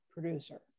producer